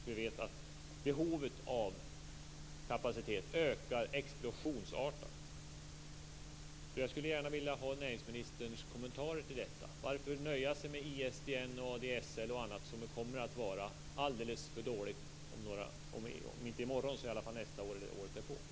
Vi vet också att behovet av kapacitet ökar explosionsartat. Jag skulle gärna vilja ha näringsministerns kommentarer till detta. Varför skall vi nöja oss med ISDN, ADSL och annat som kommer att vara alldeles för dåligt om inte i morgon så i alla fall nästa år eller året därpå?